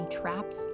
traps